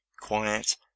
quiet